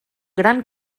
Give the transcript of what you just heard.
gran